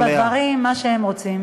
להסתפק בדברים, מה שהם רוצים.